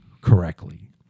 correctly